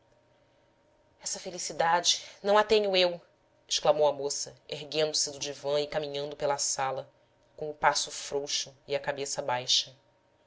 essa felicidade não a tenho eu exclamou a moça erguendo-se do divã e caminhando pela sala com o passo frouxo e a cabeça baixa